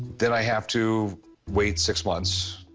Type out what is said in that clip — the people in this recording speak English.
then i have to wait six months.